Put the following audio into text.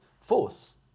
force